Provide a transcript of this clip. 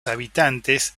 habitantes